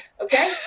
Okay